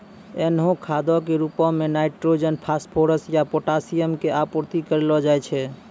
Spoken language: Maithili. एहनो खादो के रुपो मे नाइट्रोजन, फास्फोरस या पोटाशियम के आपूर्ति करलो जाय छै